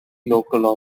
local